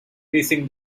facing